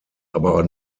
aber